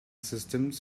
systems